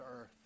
earth